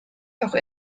doch